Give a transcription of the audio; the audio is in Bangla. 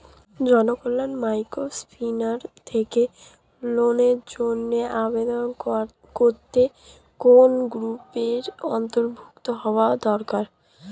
জনকল্যাণ মাইক্রোফিন্যান্স থেকে লোনের জন্য আবেদন করতে কোন গ্রুপের অন্তর্ভুক্ত হওয়া দরকার?